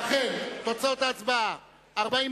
לכן, תוצאות ההצבעה הן